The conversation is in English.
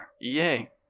Yay